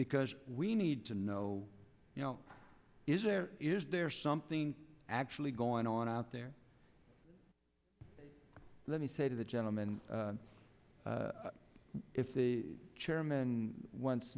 because we need to know you know is there is there something actually going on out there let me say to the gentleman if the chairman once